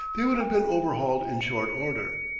they would have been overhauled in short order.